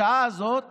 השעה הזאת